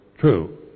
True